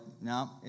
no